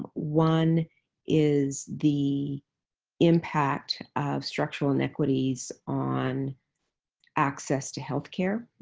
one is the impact of structural inequities on access to health care,